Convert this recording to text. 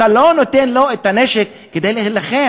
אתה לא נותן לו את הנשק כדי להילחם,